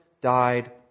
died